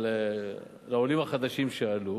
לעולים החדשים שעלו.